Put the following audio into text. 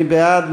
מי בעד?